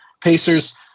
Pacers